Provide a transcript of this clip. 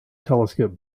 telescope